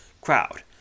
crowd